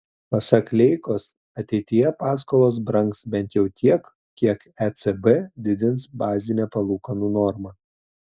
pasak leikos ateityje paskolos brangs bent jau tiek kiek ecb didins bazinę palūkanų normą